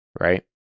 right